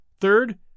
Third